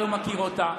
הוא מכיר אותה?